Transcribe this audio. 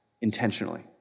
intentionally